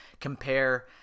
compare